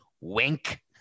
Wink